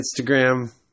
Instagram